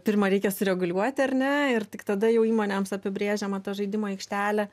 pirma reikia sureguliuoti ar ne ir tik tada jau įmonėms apibrėžiama ta žaidimų aikštelė